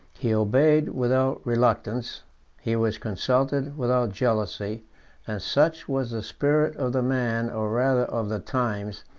he obeyed without reluctance he was consulted without jealousy and such was the spirit of the man, or rather of the times,